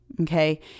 okay